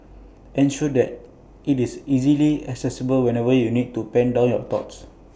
ensure that IT is easily accessible whenever you need to pen down your thoughts